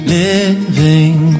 living